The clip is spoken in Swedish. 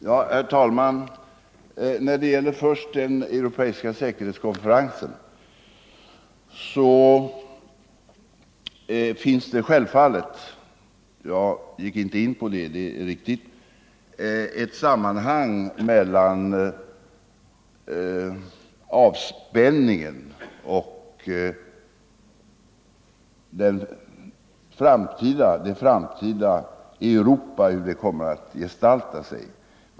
Herr talman! När det gäller den europeiska säkerhetskonferensen — det är riktigt att jag inte tog upp det i mitt tidigare anförande — finns det självfallet ett sammanhang mellan avspänningen och hur det framtida Europa kommer att gestalta sig.